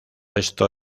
esto